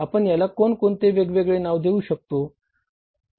आपण याला कोण कोणते वेग वेगळे नाव देऊ शकतो